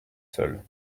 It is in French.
seuls